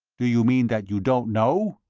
do you mean that you don't know?